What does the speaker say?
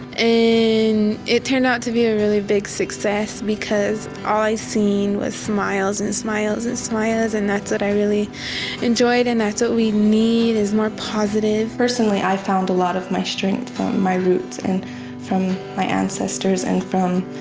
and it turned out to be a really big success, because all i seen was smiles, and smiles, and smiles. and that's what i really enjoyed and that's what we need is more positive. tarriah personally, i found a lot of my strength from my roots, and from my ancestors, and from